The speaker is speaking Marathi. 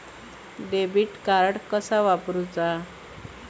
डेबिट कार्ड कसा वापरुचा?